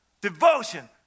devotion